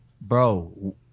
bro